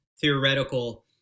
theoretical